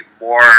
more